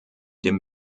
dem